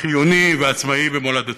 חיוני ועצמאי במולדתו.